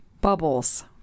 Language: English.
Bubbles